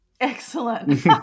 Excellent